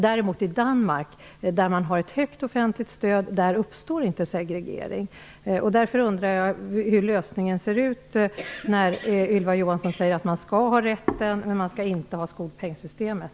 I Danmark däremot, där man har ett högt offentligt stöd, uppstår inte segregering. Därför undrar jag hur lösningen ser ut, när Ylva Johansson säger att man skall ha rätten, men man skall inte ha skolpengssystemet.